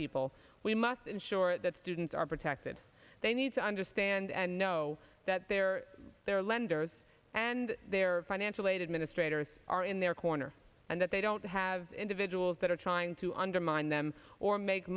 people we must ensure that students are protected they need to understand and know that their their lenders and their financial aid administrator or are in their corner and that they don't have individuals that are trying to undermine them or make